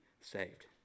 saved